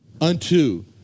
unto